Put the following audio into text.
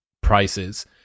prices